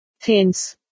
Hence